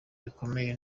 bikomeye